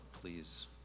please